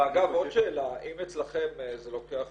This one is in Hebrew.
ואגב, עוד שאלה, אם אצלכם זה לוקח